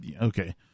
okay